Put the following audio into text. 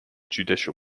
judicial